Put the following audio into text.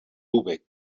lübeck